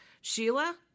Sheila